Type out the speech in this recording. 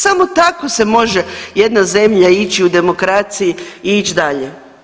Samo tako se može jedna zemlja ići u demokraciji i ići dalje.